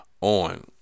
on